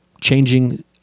changing